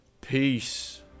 peace